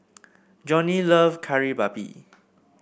Johnie love Kari Babi